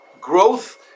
growth